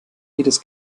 jedes